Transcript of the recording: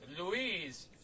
Louise